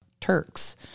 Turks